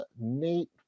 nate